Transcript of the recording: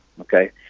Okay